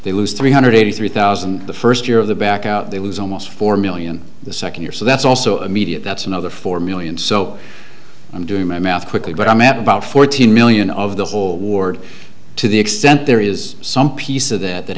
they lose three hundred eighty three thousand the first year of the back out they lose almost four million the second year so that's also a media that's another four million so i'm doing my math quickly but i'm at about fourteen million of the whole ward to the extent there is some piece of that that